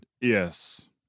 Yes